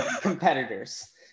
competitors